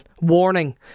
warning